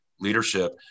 leadership